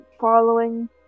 Following